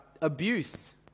abuse